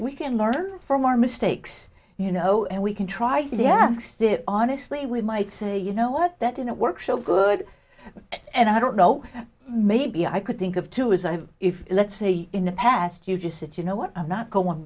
we can learn from our mistakes you know and we can try to stick honestly we might say you know what that in a workshop good and i don't know maybe i could think of to is i if let's say in the past you just said you know what i'm not going